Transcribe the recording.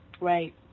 right